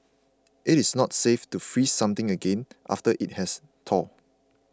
it is not safe to freeze something again after it has thawed